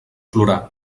plorar